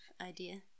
idea